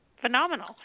phenomenal